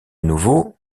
nouveau